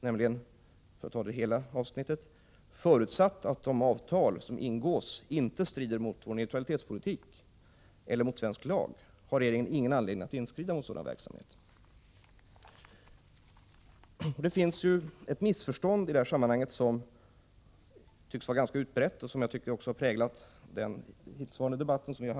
Jag sade följande — och jag vill citera hela avsnittet: ”Förutsatt att de avtal som ingås inte strider mot vår neutralitetspolitik eller mot svensk lag har regeringen ingen anledning att inskrida mot sådan verksamhet.” Det föreligger ett missförstånd i det här sammanhanget, och det missförståndet tycks vara ganska utbrett och har också präglat den hittillsvarande debatten här.